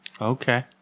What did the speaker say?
Okay